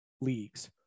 leagues